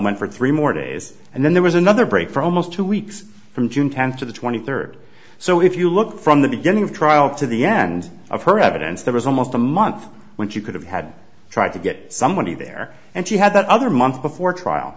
went for three more days and then there was another break for almost two weeks from june tenth to the twenty third so if you look from the beginning of trial to the end of her evidence there was almost a month when she could have had tried to get somebody there and she had that other month before trial